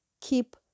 Keep